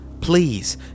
Please